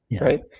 right